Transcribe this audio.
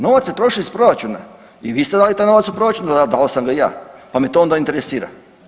Novac se troši iz proračuna i vi ste dali daj novac u proračun, dao sam ga i ja pa me to onda interesira.